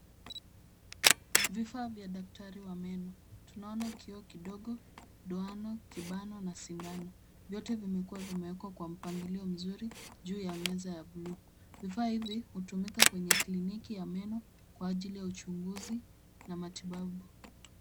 Vifaa vya daktari wa meno. Tunaona kioo kidogo, ndoana, kibano na sindano, vyote vimekuwa vimewekwa kwa mpangilio mzuri juu ya meza ya bluu. Vifaa hivi hutumika kwenye kliniki ya meno kwa ajili ya uchunguzi na matibabu.